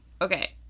okay